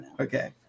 Okay